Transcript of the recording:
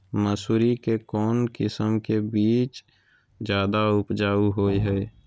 मसूरी के कौन किस्म के बीच ज्यादा उपजाऊ रहो हय?